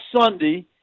Sunday